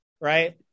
right